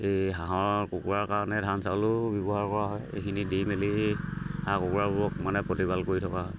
এই হাঁহৰ কুকুৰাৰ কাৰণে ধান চাউল ব্যৱহাৰ কৰা হয় এইখিনি দি মেলি হাঁহ কুকুৰাবোৰক মানে প্ৰতিপাল কৰি থকা হয়